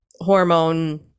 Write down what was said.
hormone